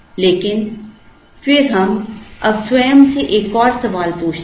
लेकिन फिर हम अब स्वयं से एक और सवाल पूछते हैं